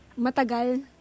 matagal